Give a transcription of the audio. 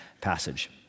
passage